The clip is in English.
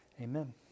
Amen